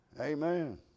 Amen